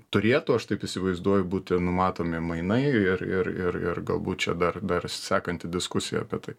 turėtų aš taip įsivaizduoju būti numatomi mainai ir ir ir ir galbūt čia dar dar sekanti diskusija apie tai